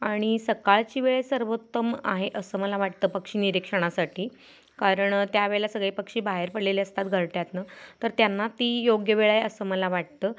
आणि सकाळची वेळ सर्वोत्तम आहे असं मला वाटतं पक्षी निरीक्षणासाठी कारण त्यावेळेला सगळे पक्षी बाहेर पडलेले असतात घरट्यातनं तर त्यांना ती योग्य वेळ आहे असं मला वाटतं